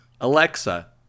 alexa